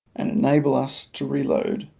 and enabled us to reload